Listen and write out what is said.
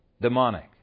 demonic